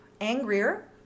angrier